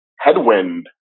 headwind